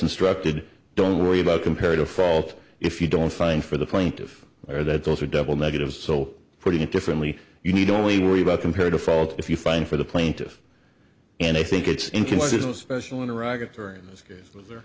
instructed don't worry about comparative fault if you don't find for the plaintiff or that those are double negatives so putting it differently you need only worry about comparative fault if you find for the plaintiff and i think it's